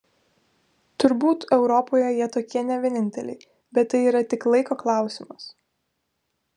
turbūt europoje jie tokie ne vieninteliai bet tai yra tik laiko klausimas